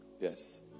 Yes